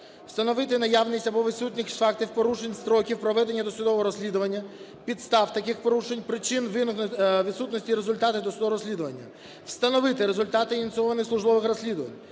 встановити наявність або відсутність фактів порушень строків проведення досудового розслідування, підстав таких порушень, причин відсутності результатів досудового розслідування, встановити результати ініційованих службових розслідувань.